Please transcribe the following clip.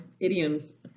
idioms